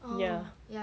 ya